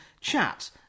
chat